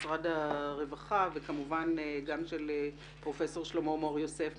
משרד הרווחה וכמובן גם בעזרתו של פרופסור שלמה מור יוסף,